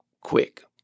quick